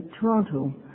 Toronto